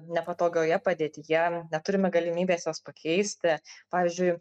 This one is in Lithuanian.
nepatogioje padėtyje neturime galimybės jos pakeisti pavyzdžiui